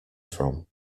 from